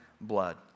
blood